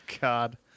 God